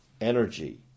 energy